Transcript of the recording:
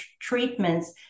treatments